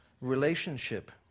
relationship